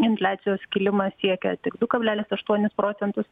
infliacijos kilimas siekia tik du kablelis aštuonis procentus